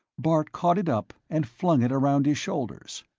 bart caught it up and flung it around his shoulders.